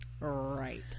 right